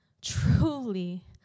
truly